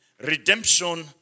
Redemption